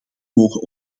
mogen